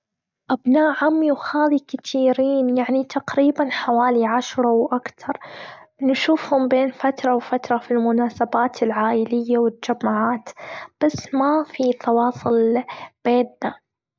ابن عمي وخالي كتيرين يعني تقريبًا حوالي عشرة وأكتر نشوفهم بين فترة وفترة في المناسبات العائلية، والجمعات بس ما في تواصل بينا.